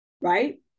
right